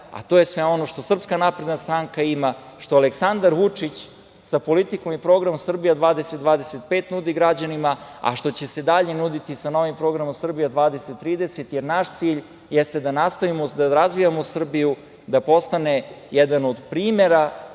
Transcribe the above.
a to je sve ono što SNS ima, što Aleksandar Vučić sa politikom i programom „Srbija 2025“ nudi građanima, a što će se dalje nuditi sa novim programom „Srbija 2030“ jer naš cilj jeste da nastavimo da razvijamo Srbiju, da postane jedan od primera